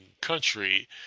country